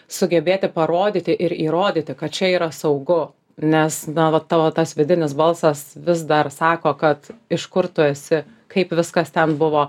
sugebėti parodyti ir įrodyti kad čia yra saugu nes na va tavo tas vidinis balsas vis dar sako kad iš kur tu esi kaip viskas ten buvo